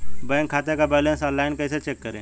Bank खाते का balance online कैसे चेक करें?